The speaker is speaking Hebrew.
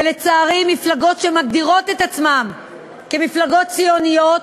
ולצערי, מפלגות שמגדירות עצמן מפלגות ציוניות,